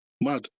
Mad